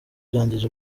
byangiza